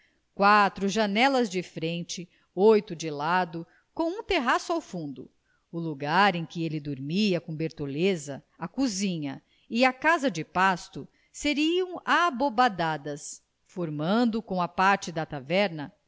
quatro janelas de frente oito de lado com um terraço ao fundo o lugar em que ele dormia com bertoleza a cozinha e a casa de pasto seriam abobadadas formando com a parte de taverna